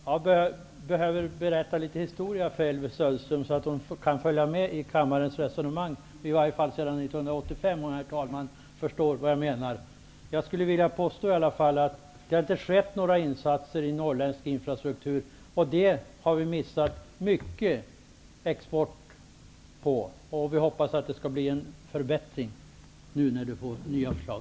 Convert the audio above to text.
Herr talman! Jag behöver berätta litet historia för Elvy Söderström, så att hon kan följa med i kammarens resonemang, i varje fall sedan 1985. Jag skulle vilja påstå att det inte har skett några insatser för norrländsk infrastruktur. Det har vi missat mycket export på. Vi hoppas att det skall bli en förbättring, nu när vi får nya förslag.